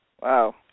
Wow